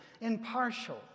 impartial